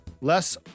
Less